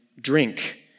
drink